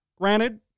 Granted